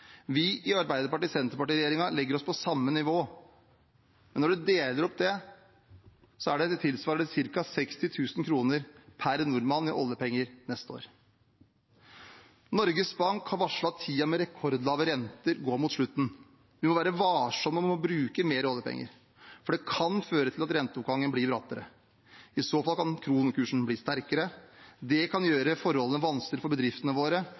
Vi i Arbeiderparti–Senterparti-regjeringen legger oss på samme nivå. Men når man deler det opp, tilsvarer det ca. 60 000 kr per nordmann i oljepenger neste år. Norges Bank har varslet at tiden med rekordlave renter går mot slutten. Vi må være varsomme med å bruke mer oljepenger, for det kan føre til at renteoppgangen blir brattere. I så fall kan kronekursen bli sterkere – det kan gjøre forholdene vanskeligere for bedriftene våre